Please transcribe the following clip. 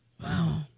Wow